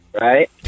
right